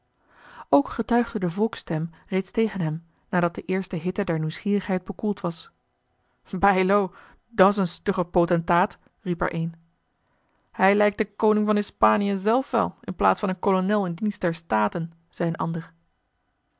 ook getuigde de volksstem reeds tegen hem nadat de eerste hitte der nieuwsgierigheid bekoeld was bijlo dat s een stugge potentaat riep er een hij lijkt de koning van hispaniën zelf wel in plaats van een kolonel in dienst der staten zei een ander